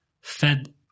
fed